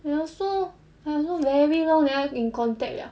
we also also very long never in contact liao